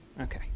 Okay